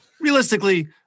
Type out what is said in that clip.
realistically